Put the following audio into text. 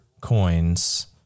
coins